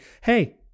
Hey